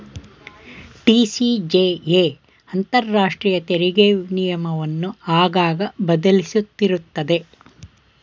TCJA ಅಂತರಾಷ್ಟ್ರೀಯ ತೆರಿಗೆ ನಿಯಮವನ್ನು ಆಗಾಗ ಬದಲಿಸುತ್ತಿರುತ್ತದೆ